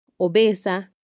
Obesa